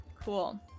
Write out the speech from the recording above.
Cool